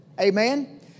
Amen